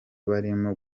barimo